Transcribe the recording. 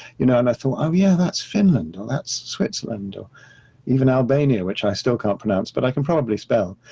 you know, and i thought, oh yeah, that's finland, or that's switzerland, or even albania, which i still can't pronounce, but i can probably spell,